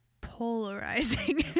polarizing